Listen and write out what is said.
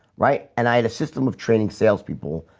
right and i had a system of training salespeople.